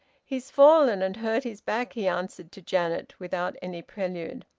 he's fallen and hurt his back, he answered to janet, without any prelude.